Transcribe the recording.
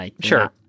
Sure